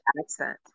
accent